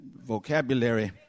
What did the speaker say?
Vocabulary